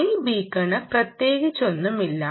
i beacon ന് പ്രത്യേകിച്ചൊന്നുമില്ല